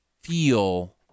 feel